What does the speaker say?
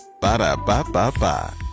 Ba-da-ba-ba-ba